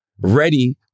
ready